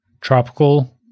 Tropical